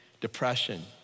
depression